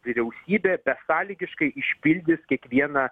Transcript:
vyriausybė besąlygiškai išpildys kiekvieną